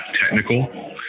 technical